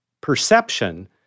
perception